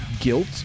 guilt